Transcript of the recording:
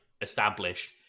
established